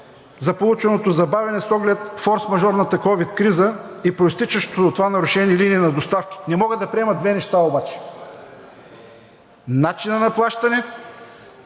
за полученото забавяне с оглед форсмажорната ковид криза и произтичащите от това нарушени линии на доставки. Не мога да приема две неща обаче – начина на плащане